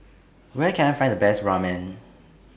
Where Can I Find The Best Ramen